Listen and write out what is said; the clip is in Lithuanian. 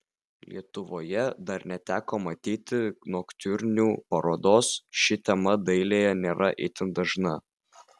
lietuvoje dar neteko matyti noktiurnų parodos ši tema dailėje nėra itin dažna